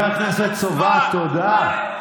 חבר הכנסת סובה, תודה.